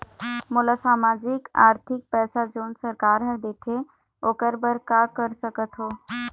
मोला सामाजिक आरथिक पैसा जोन सरकार हर देथे ओकर बर का कर सकत हो?